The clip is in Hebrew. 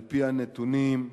על-פי הנתונים,